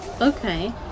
Okay